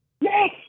Yes